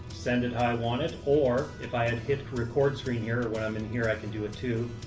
send it how i want it. or if i had hit record screen here or when i'm in here, i can do it too,